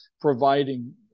providing